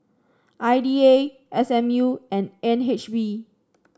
I D A S M U and N H B